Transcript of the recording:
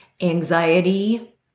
Anxiety